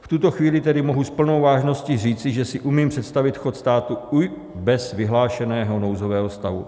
V tuto chvíli tedy mohu s plnou vážností říci, že si umím představit chod státu i bez vyhlášeného nouzového stavu.